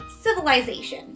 civilization